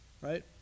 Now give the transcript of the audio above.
Right